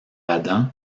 adam